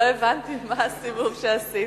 לא הבנתי מה הסיבוב שעשית.